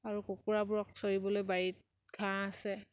আৰু কুকুৰাবোৰক চৰিবলৈ বাৰীত ঘাঁহ আছে